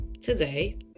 today